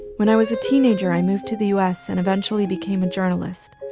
when i was a teenager, i moved to the u s. and eventually became a journalist.